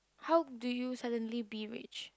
how do you suddenly be rich